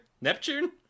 Neptune